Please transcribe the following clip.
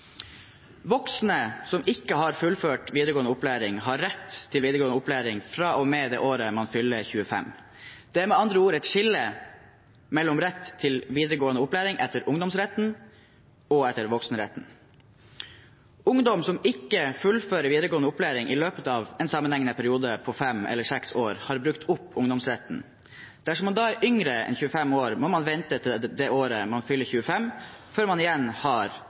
Voksne som ikke har fullført videregående opplæring, har rett til videregående opplæring fra og med det året man fyller 25. Det er med andre ord et skille mellom rett til videregående opplæring etter ungdomsretten og etter voksenretten. Ungdom som ikke fullfører videregående opplæring i løpet av en sammenhengende periode på fem eller seks år, har brukt opp ungdomsretten. Dersom man da er yngre enn 25 år, må man vente til det året man fyller 25, før man igjen har